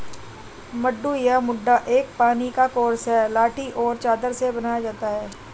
मड्डू या मड्डा एक पानी का कोर्स है लाठी और चादर से बनाया जाता है